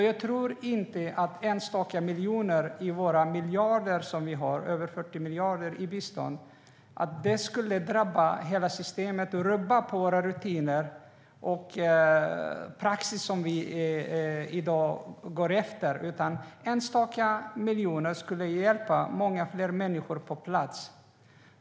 Jag tror inte att enstaka miljoner av vårt bistånd på över 40 miljarder skulle drabba hela systemet och rubba de rutiner och praxis som vi går efter i dag. Enstaka miljoner skulle hjälpa många fler människor på plats.